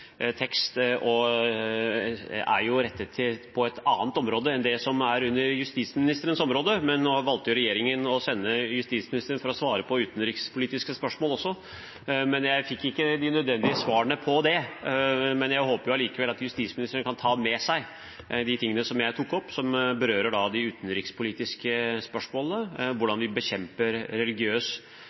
er rettet mot et annet område enn justisministerens område, men nå valgte regjeringen å sende justisministeren for å svare på utenrikspolitiske spørsmål også. Jeg fikk ikke de nødvendige svarene på det, men jeg håper allikevel at justisministeren kan ta med seg de tingene jeg tok opp som berører de utenrikspolitiske spørsmålene, hvordan vi bekjemper religiøs